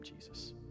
Jesus